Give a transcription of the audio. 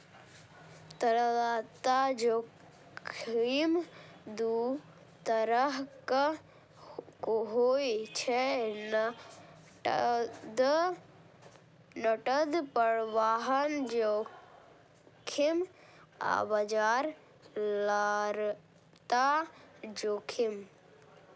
तरलता जोखिम दू तरहक होइ छै, नकद प्रवाह जोखिम आ बाजार तरलता जोखिम